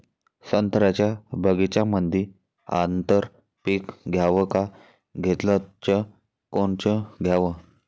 संत्र्याच्या बगीच्यामंदी आंतर पीक घ्याव का घेतलं च कोनचं घ्याव?